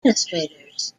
administrators